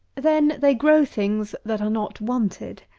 then they grow things that are not wanted.